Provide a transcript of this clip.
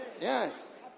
Yes